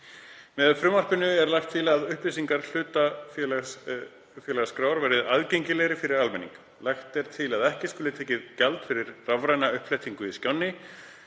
Með frumvarpinu er lagt til að upplýsingar hlutafélagaskrár verði aðgengilegri fyrir almenning. Lagt er til að ekki skuli taka gjald fyrir rafræna uppflettingu í skránni